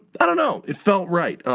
i don't know, it felt right.